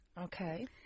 Okay